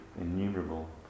innumerable